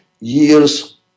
years